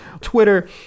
Twitter